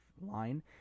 line